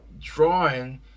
Drawing